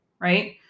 Right